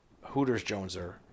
Hooters-Joneser